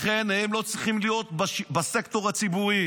לכן הם לא צריכים להיות בסקטור הציבורי.